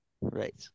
Right